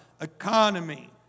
economy